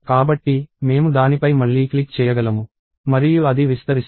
కాబట్టి మేము దానిపై మళ్లీ క్లిక్ చేయగలము మరియు అది విస్తరిస్తుంది